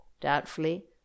doubtfully